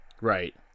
Right